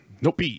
Nope